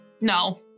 No